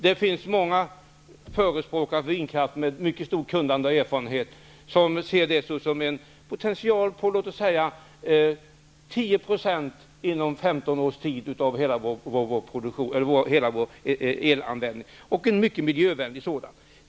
Det finns många förespråkare för vindkraft som har ett mycket stort kunnande och erfarenhet, som ser att den potentiellt kan ge på 10 % av hela vår elproduktion inom 15 års tid och som därtill är mycket miljövänlig.